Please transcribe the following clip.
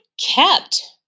kept